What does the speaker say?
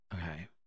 Okay